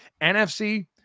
NFC